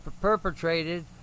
perpetrated